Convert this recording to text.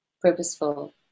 purposeful